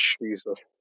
Jesus